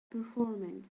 performing